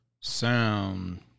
sound